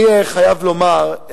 אני חייב לומר,